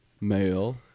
male